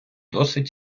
досить